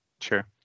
sure